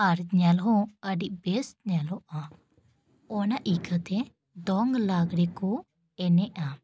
ᱟᱨ ᱧᱮᱞ ᱦᱚᱸ ᱟᱹᱰᱤ ᱵᱮᱥ ᱧᱮᱞᱚᱜᱼᱟ ᱚᱱᱟ ᱤᱠᱟᱹᱛᱮ ᱫᱚᱝ ᱞᱟᱜᱽᱲᱮ ᱠᱚ ᱮᱱᱮᱡᱼᱟ